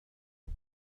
die